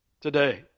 today